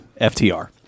FTR